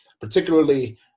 particularly